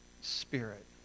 Spirit